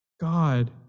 God